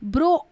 Bro